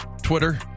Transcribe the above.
Twitter